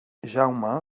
jaume